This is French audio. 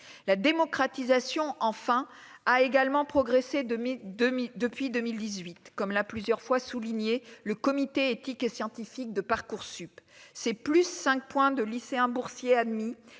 la démocratisation, enfin, a également progressé de 2000 depuis 2018, comme l'a plusieurs fois souligné le comité éthique et scientifique de Parcoursup, c'est plus 5,2 lycéens boursiers admis,